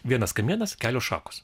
vienas kamienas kelios šakos